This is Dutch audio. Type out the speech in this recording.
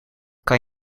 kan